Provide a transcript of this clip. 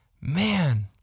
man